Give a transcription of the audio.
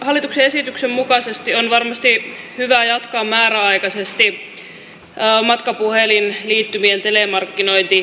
hallituksen esityksen mukaisesti on varmasti hyvä jatkaa määräaikaisesti matkapuhelinliittymien telemarkkinointikieltoa